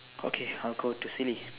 okay I'll go to silly